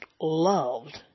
loved